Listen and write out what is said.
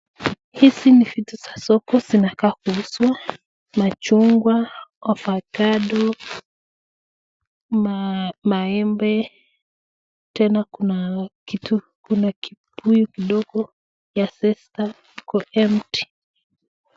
Hizi ni vitu za soko zinakaa kuuzwa, machungwa, ovacado, maembe, tena kuna kibuyu kidogo ya zesta iko empty .